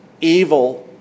evil